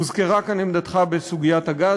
הוזכרה כאן עמדתך בסוגיית הגז,